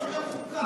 יש שם גם חוקה.